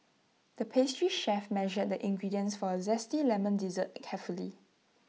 the pastry chef measured the ingredients for A Zesty Lemon Dessert carefully